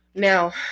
now